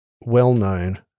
well-known